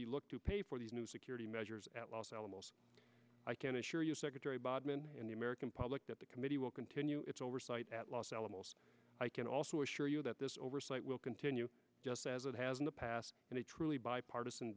you look to pay for these new security measures at los alamos i can assure you secretary by when in the american public that the committee will continue its oversight at los alamos i can also assure you that this oversight will continue just as it has in the past and a truly bipartisan